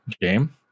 game